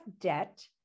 debt